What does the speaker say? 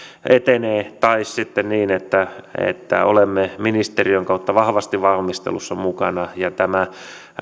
etenee tai sitten niin että että olemme ministeriön kautta vahvasti valmistelussa mukana ja tämä